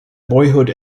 boyhood